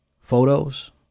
photos